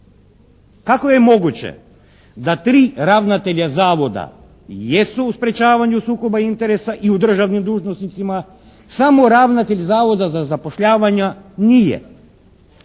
Kako je moguće da 3 ravnatelja zavoda jesu u sprječavanju sukoba interesa i u državnim dužnosnicima, samo ravnatelj Zavoda za zapošljavanja nije.